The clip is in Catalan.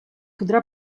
podrà